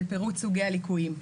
של פירוט סוגי הליקויים.